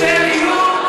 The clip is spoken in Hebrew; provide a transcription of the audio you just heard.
בנושא הגיור?